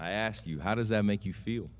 i asked you how does that make you feel